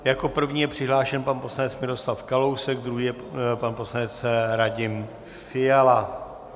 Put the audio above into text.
Jako první je přihlášen pan poslanec Miroslav Kalousek, druhý je pan poslanec Radim Fiala.